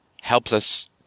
helpless